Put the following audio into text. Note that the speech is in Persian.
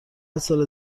سال